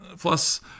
Plus